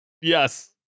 yes